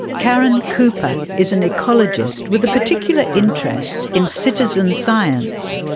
caren cooper is an ecologist with a particular interest in citizen science.